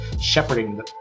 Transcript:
shepherding